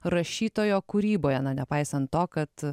rašytojo kūryboje na nepaisant to kad